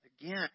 again